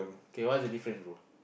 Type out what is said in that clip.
okay what's the difference bro